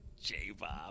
J-Bob